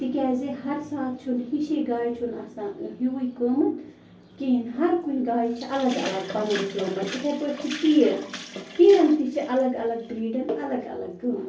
تِکیٛازِ ہَر ساتہٕ چھُنہِ ہِشی گاوِ چھُنہٕ آسان ہیٚوُے قۭمت کِہیٖنۍ ہَر کُنہِ گاوِ چھِ اَلگ اَلگ یِتھَے پٲٹھۍ چھِ تیٖر تیٖرَن تہِ چھِ اَلگ اَلگ برٛیٖڈَن اَلگ اَلگ قۭمَت